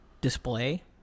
display